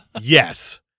Yes